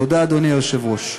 תודה, אדוני היושב-ראש.